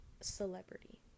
celebrity